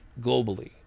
globally